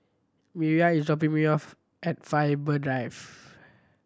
Mireya is dropping me off at Faber Drive